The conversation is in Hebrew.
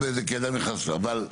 אבל,